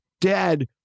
dead